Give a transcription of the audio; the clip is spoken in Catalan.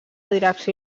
direcció